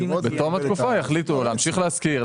בחוק התקופה יחליטו להמשיך להשכיר,